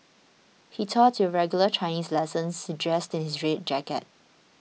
he taught your regular Chinese lessons dressed in his red jacket